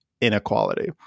inequality